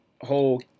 whole